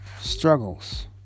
struggles